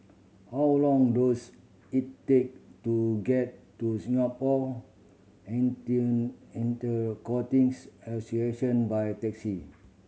how long dose it take to get to Singapore Association by taxi